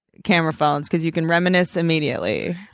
camera phones because you can reminisce immediately.